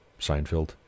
Seinfeld